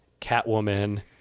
Catwoman